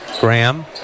Graham